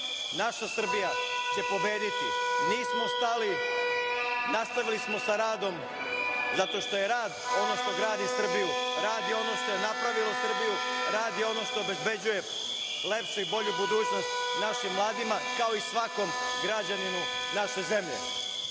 naša Srbija će pobediti. Nismo stali, nastavili smo sa radom zato što je rad ono što gradi Srbiju. Rad je ono što je napravilo Srbiju, rad je ono što obezbeđuje lepšu i bolju budućnost našim mladima, kao i svakom građaninu naše zemlje. Dragi